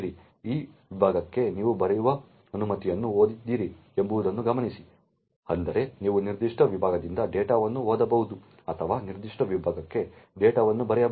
ಈ ವಿಭಾಗಕ್ಕೆ ನೀವು ಬರೆಯುವ ಅನುಮತಿಯನ್ನು ಓದಿದ್ದೀರಿ ಎಂಬುದನ್ನು ಗಮನಿಸಿ ಅಂದರೆ ನೀವು ನಿರ್ದಿಷ್ಟ ವಿಭಾಗದಿಂದ ಡೇಟಾವನ್ನು ಓದಬಹುದು ಅಥವಾ ನಿರ್ದಿಷ್ಟ ವಿಭಾಗಕ್ಕೆ ಡೇಟಾವನ್ನು ಬರೆಯಬಹುದು